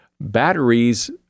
Batteries